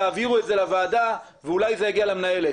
תעבירו את זה לוועדה ואולי זה יגיע למנהלת